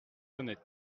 honnête